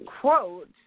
quote